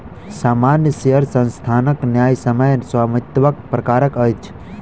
सामान्य शेयर संस्थानक न्यायसम्य स्वामित्वक प्रकार अछि